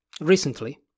recently